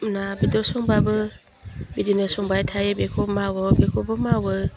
ना बेदर संबाबो बिदिनो संबाय थायो बेखौ मावो बेखौबो मावो